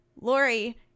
Lori